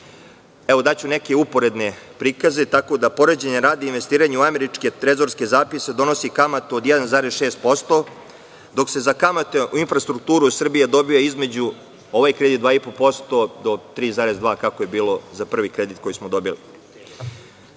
Daću neke uporedne prikaze, tako da, poređenja radi, investiranje u američke trezorske zapise donosi kamatu od 1,6%, dok se za kamate u infrastrukturu Srbije dobija između 2,5 i 3,2%, koliko je bilo za prvi kredit koji smo dobili.